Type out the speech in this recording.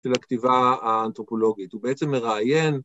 ‫של הכתיבה האנתרופולוגית. ‫הוא בעצם מראיין...